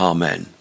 Amen